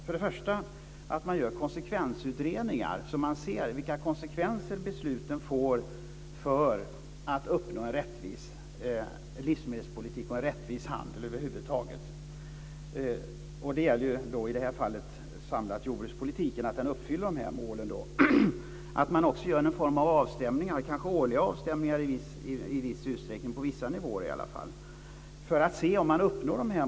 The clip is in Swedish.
För det första borde man göra konsekvensutredningar så att man ser vilka konsekvenser besluten får när det gäller att uppnå en rättvis livsmedelspolitik och en rättvis handel över huvud taget. I det här fallet gäller det att se om den samlade jordbrukspolitiken uppfyller målen. Man borde göra årliga avstämningar åtminstone på vissa nivåer.